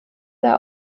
der